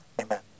Amen